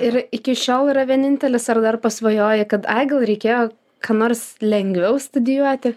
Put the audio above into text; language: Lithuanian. ir iki šiol yra vienintelis ar dar pasvajoji kad ai gal reikėjo ką nors lengviau studijuoti